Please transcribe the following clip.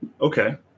Okay